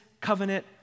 covenant